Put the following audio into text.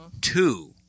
Two